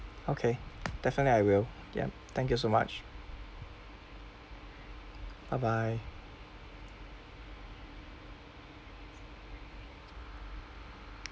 okay definitely I will yup thank you so much bye bye